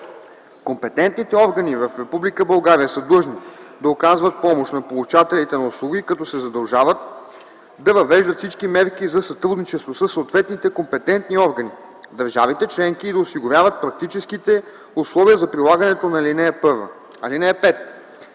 Компетентните органи в Република България са длъжни да оказват помощ на получателите на услуги, като се задължават да въвеждат всички мерки за сътрудничество със съответните компетентни органи в държавите членки и да осигуряват практическите условия за прилагането на ал. 1. (5)